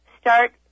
start